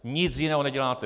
Nic jiného neděláte!